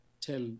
tell